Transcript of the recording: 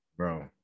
Bro